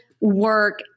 work